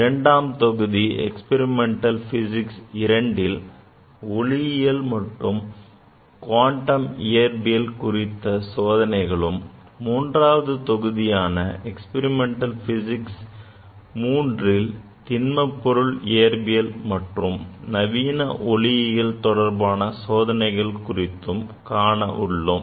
இரண்டாம் தொகுதி Experimental Physics II ல் ஒளியியல் மற்றும் குவாண்டம் இயற்பியல் குறித்த சோதனைகளும் மூன்றாம் தொகுதியான Experimental Physics IIIல் திண்மப்பொருள் இயற்பியல் மற்றும் நவீன ஒளியியல் தொடர்பான சோதனைகள் குறித்தும் காண உள்ளோம்